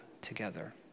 together